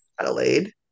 Adelaide